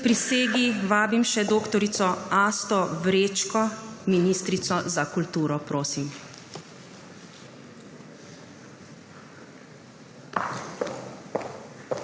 K prisegi vabim še dr. Asto Vrečko, ministrico za kulturo. Prosim.